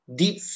deep